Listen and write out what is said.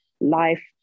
life